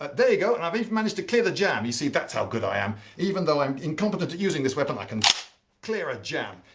there you go, and i've even managed to clear the jam. you see, that's how good i am. even though i'm incompetent at using this weapon, i can clear a jam.